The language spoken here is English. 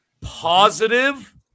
positive